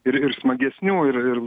ir ir smagesnių ir ir